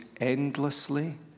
endlessly